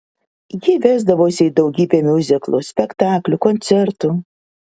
ji vesdavosi į daugybę miuziklų spektaklių koncertų